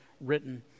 written